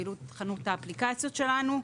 או פעילות חנות האפליקציות שלנו,